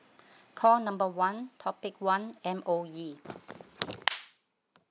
call number one topic one M_O_E